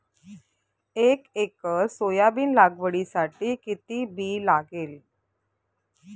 एक acre soybean लागवडीसाठी किती बी लागेल?